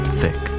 thick